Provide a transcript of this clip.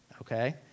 okay